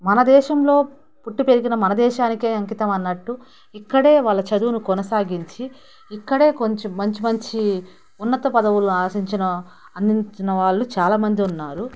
మనదేశంలో పుట్టి పెరిగిన మన దేశానికే అంకితం అన్నట్టు ఇక్కడే వాళ్ళ చదువును కొనసాగించి ఇక్కడే కొంచం మంచి మంచి ఉన్నత పదవులను ఆశించిన అందించిన వాళ్ళు చాలా మంది ఉన్నారు